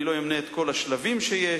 אני לא אמנה את כל השלבים שיש,